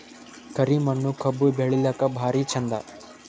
ಕರಿ ಮಣ್ಣು ಕಬ್ಬು ಬೆಳಿಲ್ಲಾಕ ಭಾರಿ ಚಂದ?